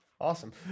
Awesome